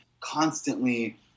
constantly